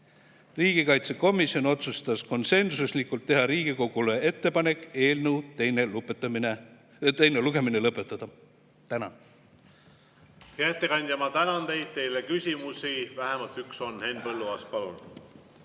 Riigikaitsekomisjon otsustas konsensuslikult teha Riigikogule ettepaneku eelnõu teine lugemine lõpetada. Tänan! Hea ettekandja, ma tänan teid! Teile küsimusi vähemalt üks on. Henn Põlluaas, palun!